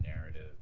narrative